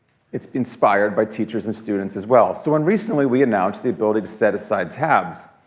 it's inspired by teachers and students as well. so when recently we announced the ability to set aside tabs,